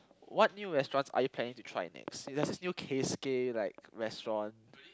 what new restaurants are you planning to try next there's this new Keisuke like restaurant